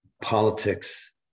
politics